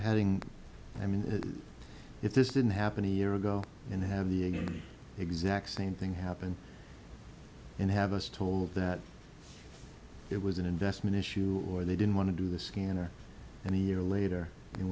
having i mean if this didn't happen a year ago and have the exact same thing happen and have us told that it was an investment issue or they didn't want to do the scanner and a year later